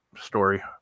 story